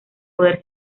poder